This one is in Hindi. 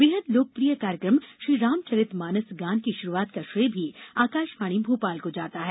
बेहद लोकप्रिय कार्यक्रम श्रीरामचरित मानस गान की शुरुआत का श्रेय भी आकाशवाणी भोपाल को जाता है